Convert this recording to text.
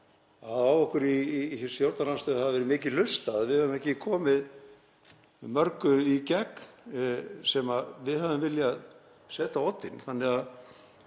að á okkur í stjórnarandstöðunni hafi verið mikið hlustað, við höfum ekki komið mörgu í gegn sem við hefðum viljað setja á oddinn.